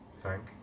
Thank